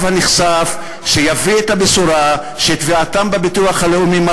הנכסף שיביא את הבשורה שתביעתם בביטוח הלאומי התקבלה,